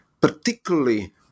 particularly